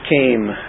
came